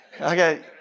Okay